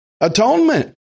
atonement